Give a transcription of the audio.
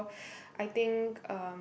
I think um